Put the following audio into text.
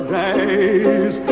days